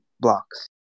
blocks